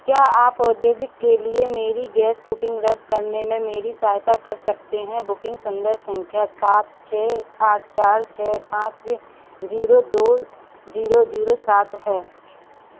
क्या आप औद्योगिक के लिए मेरी गैस बुकिंग रद्द करने में मेरी सहायता कर सकते हैं बुकिंग संदर्भ संख्या सात छः आठ चार छः पाँच जीरो दो जीरो जीरो सात है